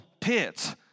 pit